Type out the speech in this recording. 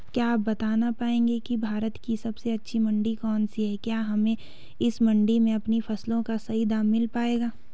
क्या आप बताना पाएंगे कि भारत की सबसे अच्छी मंडी कौन सी है क्या हमें इस मंडी में अपनी फसलों का सही दाम मिल पायेगा?